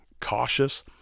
cautious